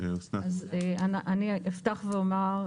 אני אפתח ואומר,